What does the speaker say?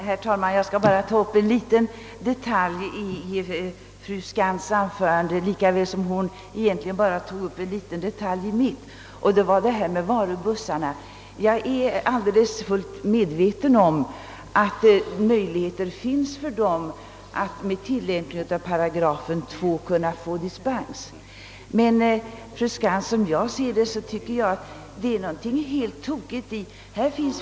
Herr talman! Jag skall bara ta upp en liten detalj i fru Skantz” anförande, lika väl som hon egentligen bara tog upp en liten detalj i mitt anförande. Den gäller varubussarna. Jag är fullt medveten om att möjligheter finns för dem att med tillämpning av 2 8 erhålla dispens. Men, fru Skantz, jag tycker att det ligger något tokigt i detta system.